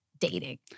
dating